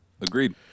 Agreed